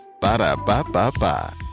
Ba-da-ba-ba-ba